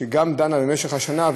שדנה גם במשך השנה,